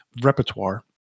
repertoire